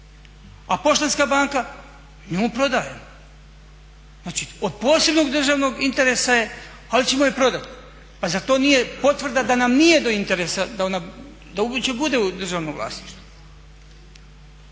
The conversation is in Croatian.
A Poštanska banka, nju prodajemo. Znači od posebnog državnog interesa je ali ćemo je prodati. Pa zar to nije potvrda da nam nije do interesa da ona uopće bude u državnom vlasništvu.